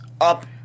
Up